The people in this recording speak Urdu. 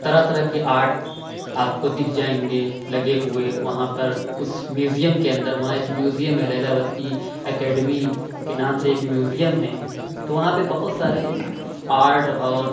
طرح طرح کے آرٹ آپ کو دکھ جائیں گے لگے ہوئے وہاں پر اُس میوزیم کے اندر وہاں ایک میوزیم ہے لیلاوتی اکیڈمی کے نام سے ایک میوزیم ہے تو وہاں پہ بہت سارے آرٹ اور